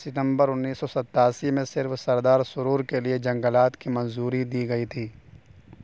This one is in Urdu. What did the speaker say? ستمبر انیس سو ستاسی میں صرف سردار سروور کے لیے جنگلات کی منظوری دی گئی تھی